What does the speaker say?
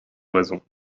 raisons